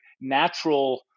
natural